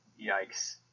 Yikes